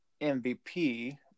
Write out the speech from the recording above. MVP